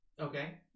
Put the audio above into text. Okay